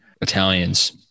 Italians